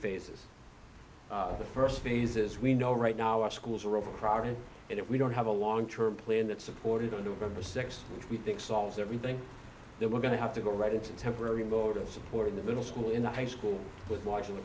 phases the st phase is we know right now our schools are overcrowded and if we don't have a long term plan that supported on november th which we think solves everything there we're going to have to go right into temporary mode of supporting the middle school in the high school with watching the